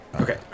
Okay